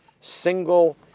single